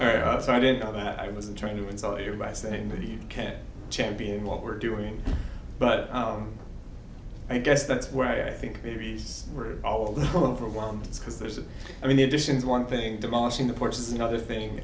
all right so i didn't know that i wasn't trying to insult you by saying that you can't champion what we're doing but i guess that's why i think movies were a little overblown because there's a i mean the addition is one thing demolishing the ports is another thing